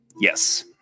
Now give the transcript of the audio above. Yes